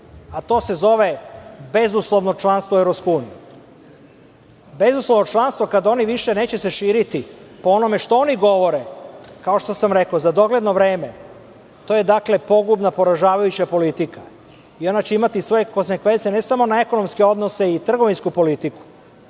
a to se zove bezuslovno članstvo u EU. Bezuslovno članstvo kada se oni više neće širiti. Po onome što oni govore, kao što sam rekao, za dogledno vreme, a to je pogubna i poražavajuća politika i ona će imati svoje konsekvence ne samo na ekonomske odnose i trgovinsku politiku.